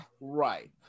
Right